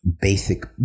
basic